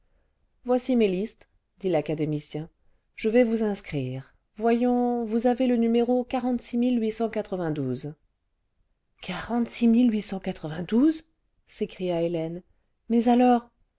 voici mes listes dit l'académicien je vais vous inscrire voyons vous avez le numéro s'écria hélène mais alors